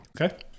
Okay